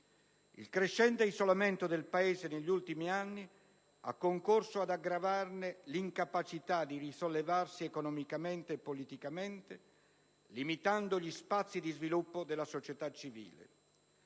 Il crescente isolamento del Paese negli ultimi anni ha concorso ad aggravarne l'incapacità di risollevarsi economicamente e politicamente, limitando gli spazi di sviluppo della società civile.